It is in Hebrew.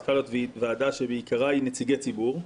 צריכה להיות ועדה שבעיקרה נציגי ציבור.